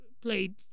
played